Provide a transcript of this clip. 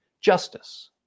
justice